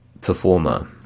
performer